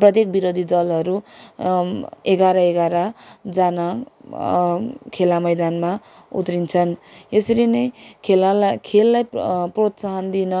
प्रत्येक विरोधा दलहरू एघार एघार जाना खेला मैदानमा उत्रिन्छन् यसरी नै खेलालाई खेललाई प्रेत्साहन दिन